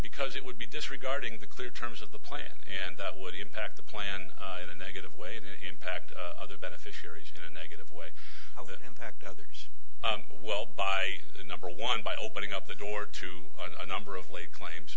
because it would be disregarding the clear terms of the plan and that would impact the plan in a negative way and impact other beneficiaries in a negative way impact others well by number one by opening up the door to a number of late claims